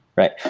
right.